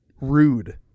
rude